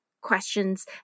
questions